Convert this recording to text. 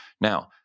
Now